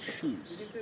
shoes